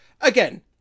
again